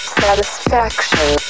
satisfaction